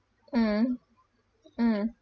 mm mm